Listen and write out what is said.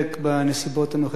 בנסיבות הנוכחיות,